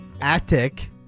Attic